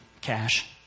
cash